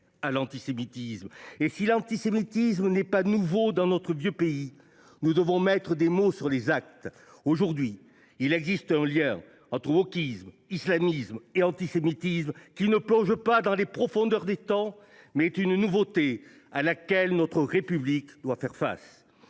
à l’antisémitisme. Et si rencontrer l’antisémitisme n’est pas nouveau dans notre vieux pays, nous devons mettre des mots sur les actes. Aujourd’hui, il existe un lien entre wokisme, islamisme et antisémitisme, qui ne trouve pas ses racines dans les profondeurs des temps. C’est une nouveauté à laquelle notre République doit faire face.